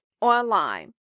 online